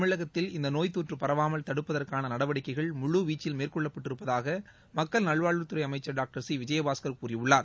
தமிழகத்தில் இந்த நோய் தொற்று பரவாமல் தடுப்பதற்கான நடவடிக்கைகள் முழு வீச்சில் மேற்கொள்ளப்பட்டிருப்பதாக மக்கள் நல்வாழ்வுத்துறை அமைச்சர் டாக்டர் விஜயபாஸ்கர் கூறியுள்ளார்